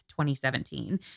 2017